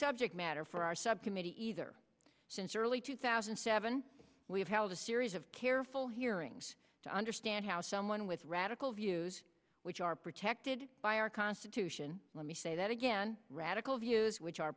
subject matter for our subcommittee either since early two thousand and seven we have held a series of careful hearings to understand how someone with radical views which are protected by our constitution let me say that again radical views which are